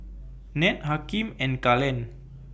Ned Hakeem and Kalen